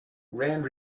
rand